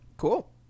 Cool